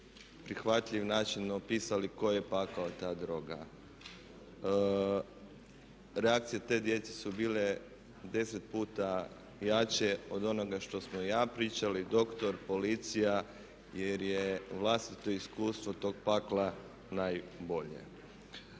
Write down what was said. prihvatljiv način opisali koji je pakao ta droga. Reakcije te djece su bile 10 puta jače od onoga što smo ja pričali, doktor, policija jer je vlastito iskustvo tog pakla najbolje.